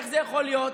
איך זה יכול להיות?